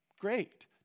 Great